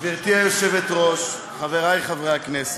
גברתי היושבת-ראש, חברי חברי הכנסת,